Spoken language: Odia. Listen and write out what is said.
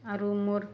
ଆରୁ ମୋର୍